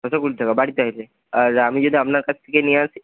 ছশো কুড়ি টাকা বাড়িতে এলে আর আমি যদি আপনার কাছ থেকে নিয়ে আসি